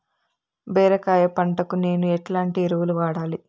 బీరకాయ పంటకు నేను ఎట్లాంటి ఎరువులు వాడాలి?